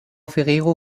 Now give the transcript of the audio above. ferrero